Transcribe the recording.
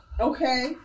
Okay